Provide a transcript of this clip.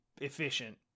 efficient